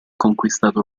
conquistato